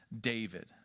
David